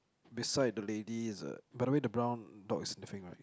beside the lady there's a by the way there brown box that thing right